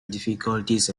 difficulties